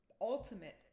ultimate